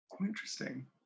Interesting